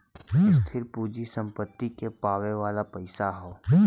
स्थिर पूँजी सम्पत्ति के पावे वाला पइसा हौ